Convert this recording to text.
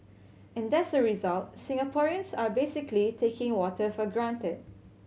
and as a result Singaporeans are basically taking water for granted